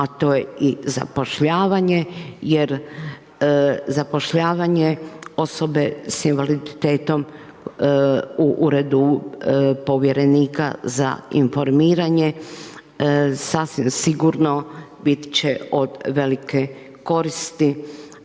a to je i zapošljavanje jer zapošljavanje osobe sa invaliditetom u Uredu povjerenika za informiranje sasvim sigurno bit će od velike koristi